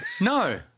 No